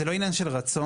זה לא עניין של רצון.